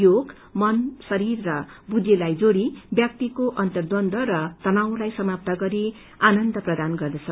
योग मन शरीर र बुख्तिलाई जोड़ी व्यक्तिको अन्तरद्वन्द्व र तनावलाई समाप्त गरी आनन्द प्रदान गर्दछ